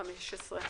הצבעה אושרה.